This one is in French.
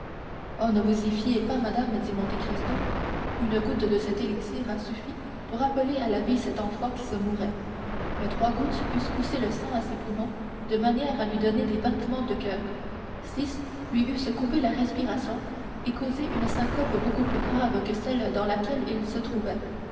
oh ne vous y fiez pas madame dit monte cristo une goutte de cet élixir a suffi pour rappeler à la vie cet enfant qui se mourait mais trois gouttes eussent poussé le sang à ses poumons de manière à lui donner des battements de coeur six lui eussent coupé la respiration et causé une syncope beaucoup plus grave que celle dans laquelle il se trouvait